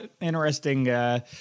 Interesting